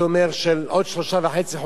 של עוד שלושה וחצי חודשים,